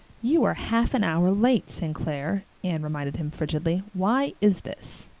you are half an hour late, st. clair, anne reminded him frigidly. why is this?